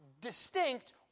distinct